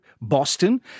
Boston